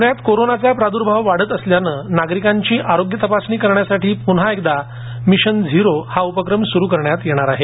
पुण्यात कोरोनाचा प्रादुर्भाव वाढत असल्याने नागरिकांची आरोग्य तपासणी करण्यासाठी पुन्हा एकदा मिशन झिरो हा उपक्रम सुरु करण्यात येणार आहे